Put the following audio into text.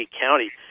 County